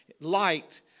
light